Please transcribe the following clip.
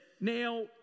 Now